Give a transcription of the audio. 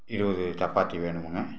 இருபது சப்பாத்தி வேணுமுன்னு